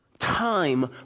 Time